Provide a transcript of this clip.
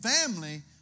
family